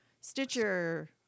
Stitcher